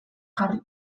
jarri